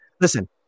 Listen